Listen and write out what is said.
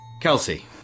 Kelsey